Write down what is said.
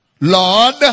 Lord